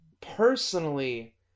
personally